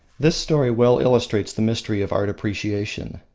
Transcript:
this story well illustrates the mystery of art appreciation.